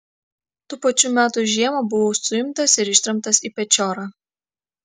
tų pačių metų žiemą buvau suimtas ir ištremtas į pečiorą